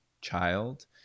child